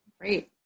Great